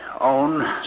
own